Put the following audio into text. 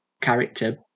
character